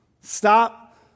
Stop